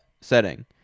setting